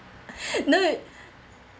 no